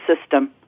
system